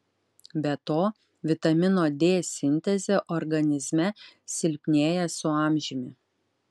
be to vitamino d sintezė organizme silpnėja su amžiumi